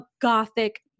gothic